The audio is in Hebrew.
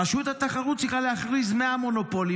רשות התחרות צריכה להכריז על 100 מונופולים,